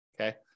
okay